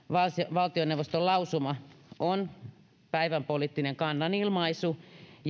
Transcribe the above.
valtioneuvoston lausuma on päivänpoliittinen kannanilmaisu